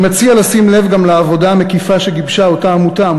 אני מציע לשים לב גם לעבודה המקיפה שגיבשה אותה עמותה,